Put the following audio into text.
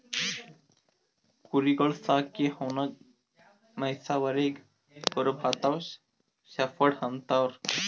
ಕುರಿಗೊಳ್ ಸಾಕಿ ಅವನ್ನಾ ಮೆಯ್ಸವರಿಗ್ ಕುರುಬ ಅಥವಾ ಶೆಫರ್ಡ್ ಅಂತಾರ್